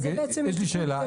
יש לי שאלה.